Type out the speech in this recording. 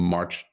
March